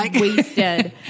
wasted